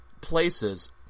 places